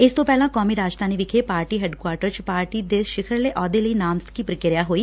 ਇਸ ਤੋਂ ਪਹਿਲਾਂ ਕੌਮੀ ਰਾਜਧਾਨੀ ਵਿਖੇ ਪਾਰਟੀ ਹੈੱਡਕੁਆਟਰ ਚ ਪਾਰਟੀ ਦੇ ਸਿਖਰਲੇ ਅਹੁੱਦੇ ਲਈ ਨਾਮਜ਼ਦਗੀ ਪ੍ਰਕਿਰਿਆ ਹੋਈ